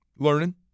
Learning